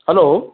hello